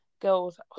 girls